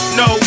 no